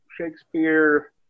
Shakespeare